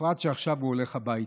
בפרט שעכשיו הוא הולך הביתה.